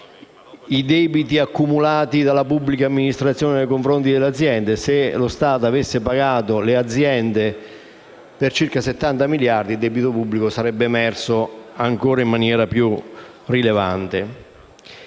i debiti accumulati dalla pubblica amministrazione nei confronti delle aziende: se lo Stato avesse pagato le aziende per circa 70 miliardi, il debito pubblico sarebbe emerso in maniera ancora più rilevante.